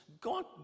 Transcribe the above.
God